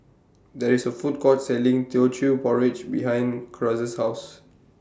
There IS A Food Court Selling Teochew Porridge behind Cruz's House